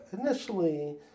initially